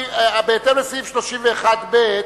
בהתאם לסעיף 31(ב),